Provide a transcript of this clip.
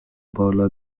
بالا